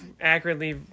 accurately